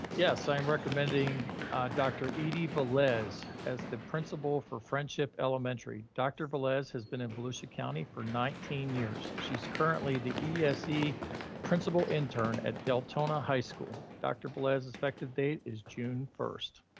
yeah. so i'm recommending dr. eidie velez as the principal for friendship elementary. dr. velez has been in volusia county for nineteen years. she's currently the ese principal principal intern at deltona high school. dr. velez effective date is june first.